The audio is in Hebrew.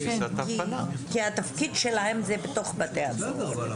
כי התפקיד שלהם זה בתוך בתי הסוהר.